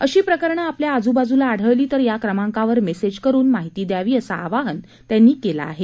अशी प्रकरणं आपल्या आजूबाजूला आ ळली तर या क्रमांकावर मेसेज करून माहिती द्यावी असं आवाहन त्यांनी केलं आहे